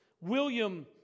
William